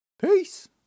Peace